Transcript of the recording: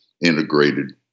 integrated